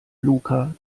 luca